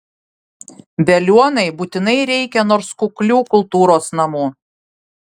veliuonai būtinai reikia nors kuklių kultūros namų